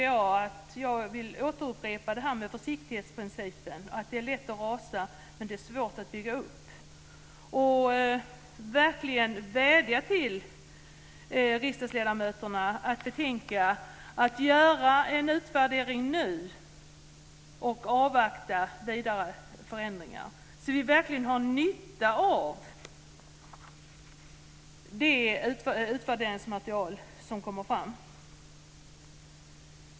Jag vill upprepa detta med försiktighetsprincipen. Det är lätt att rasa, men det är svårt att bygga upp. Jag vill verkligen vädja till riksdagsledamöterna att betänka möjligheten att göra en utvärdering nu och avvakta vidare förändringar. Då kan vi verkligen ha nytta av det utvärderingsmaterial som kommer fram.